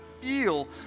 feel